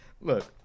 Look